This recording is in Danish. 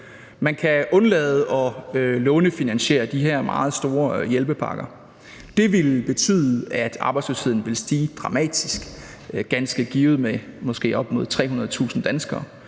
Man kan undlade at lånefinansiere de her meget store hjælpepakker. Det ville betyde, at arbejdsløsheden ville stige dramatisk, ganske givet med måske op mod 300.000 danskere,